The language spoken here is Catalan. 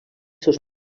seus